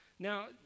Now